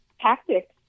tactics